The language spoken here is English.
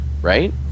right